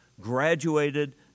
graduated